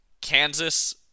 kansas